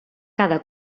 cada